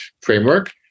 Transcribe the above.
framework